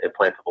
implantable